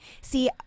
See